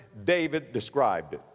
david described